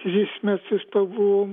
tris metus pabuvom